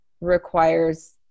requires